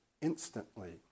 instantly